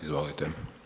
Izvolite.